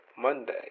Monday